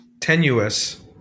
tenuous